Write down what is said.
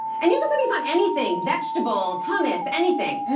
and you can put these on anything, vegetables, humus, anything.